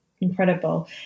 Incredible